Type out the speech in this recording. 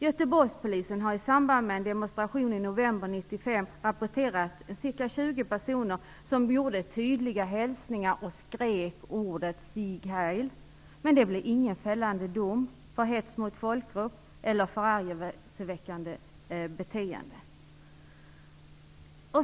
Göteborgspolisen rapporterade i samband med en demonstration i november 1995 att ca 20 personer gjorde tydliga hälsningar och skrek orden Sieg Heil. Men det ledde inte till någon fällande dom för hets mot folkgrupp eller förargelseväckande beteende.